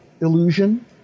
illusion